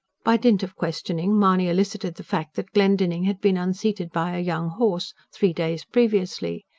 by dint of questioning mahony elicited the fact that glendinning had been unseated by a young horse, three days previously.